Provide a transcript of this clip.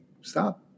stop